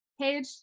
page